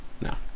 No